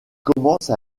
commence